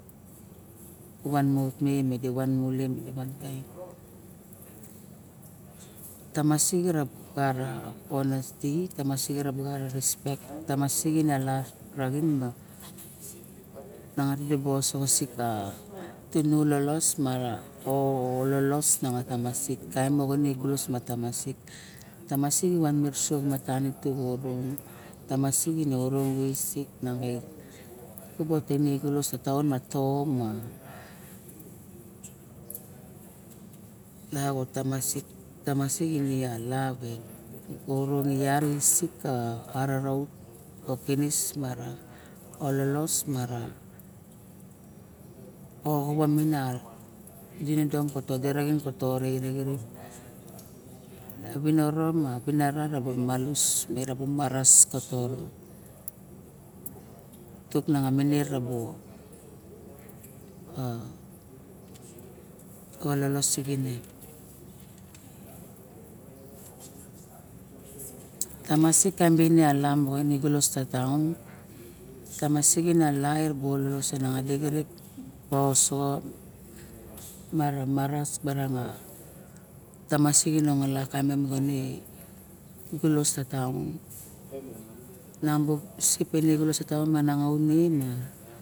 Van mauk me madi wan mule tamsik era bu gara a rispek tamasik ene lav taxin nangadi rabu tinu lolos mo ololos ma taem mamasik ine orovis na taon ma to nao nan ma tamasik ine lav me orong yat isik aravat ko kinis mara ololos mara oxavat a dinidom ka todi torei ma viniro ma vinira ama imalus raba mares ka tut minira a lalos sivine tamsik ine lamo taon tamasik ra nangadik baosoxo mara maraoxo tamasik ine a ngola gulos ka taon nan bu sip ka taon miang a bung ma